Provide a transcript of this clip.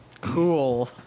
Cool